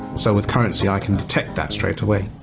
so with currency i can detect that straight away